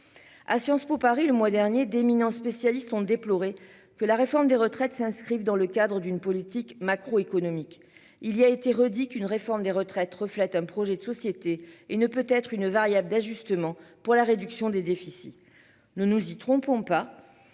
À Sciences Po Paris. Le mois dernier d'éminents spécialistes ont déploré que la réforme des retraites s'inscrivent dans le cadre d'une politique macro-économique il y a été redit qu'une réforme des retraites reflète un projet de société et ne peut être une variable d'ajustement pour la réduction des déficits. Ne nous y trompons pas.